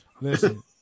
Listen